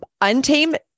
Untamed